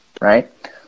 right